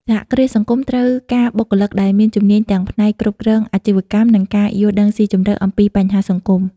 សហគ្រាសសង្គមត្រូវការបុគ្គលិកដែលមានជំនាញទាំងផ្នែកគ្រប់គ្រងអាជីវកម្ម និងការយល់ដឹងស៊ីជម្រៅអំពីបញ្ហាសង្គម ។